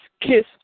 kiss